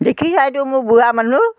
দেখিছাইতো মোক বুঢ়া মানুহ